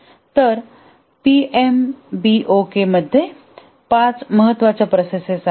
तर पीएमबीओकेमध्ये पाच महत्त्वाच्या प्रोसेस आहेत